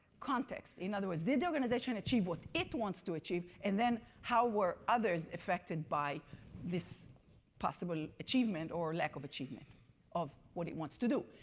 context. in other words did the organization achieve what it wanted to achieve? and then how were others affected by this possible achievement or lack of achievement of what it wants to do?